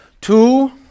Two